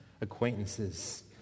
acquaintances